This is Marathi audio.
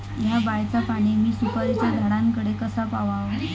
हया बायचा पाणी मी सुपारीच्या झाडान कडे कसा पावाव?